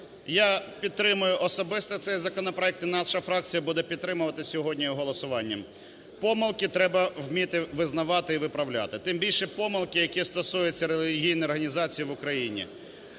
Я підтримую особисто цей законопроект, і наша фракція буде підтримувати сьогодні його голосуванням. Помилки треба вміти визнавати і виправляти, тим більше помилки, які стосуються релігійних організацій в Україні.